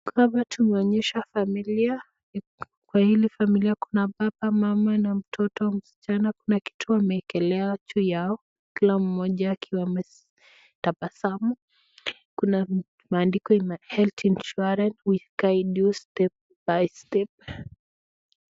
Kwa hii picha tunaona familia, kuna baba, mama na mtoto msichana. Tunaona kitu wameekelea juu yao, kila mmoja akiwa ametabasamu, kuna maandiko imeandikwa HEALTH INSURANCE , WE GUIDE STEP BY STEP .